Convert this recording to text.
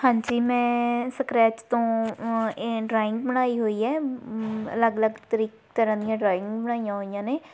ਹਾਂਜੀ ਮੈਂ ਸਕਰੈਚ ਤੋਂ ਇਹ ਡਰਾਇੰਗ ਬਣਾਈ ਹੋਈ ਹੈ ਅਲੱਗ ਅਲੱਗ ਤਰੀ ਤਰ੍ਹਾਂ ਦੀਆਂ ਡਰਾਇੰਗ ਬਣਾਈਆਂ ਹੋਈਆਂ ਨੇ